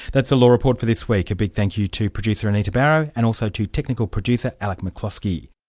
that's the law report for this week. a big thank you to producer anita barraud and also to technical producer, alec mcklosky